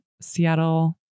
Seattle